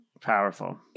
powerful